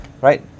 right